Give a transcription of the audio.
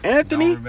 Anthony